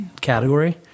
category